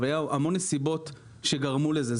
אבל היו המון נסיבות שגרמו לזה.